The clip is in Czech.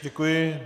Děkuji.